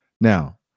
Now